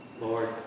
Lord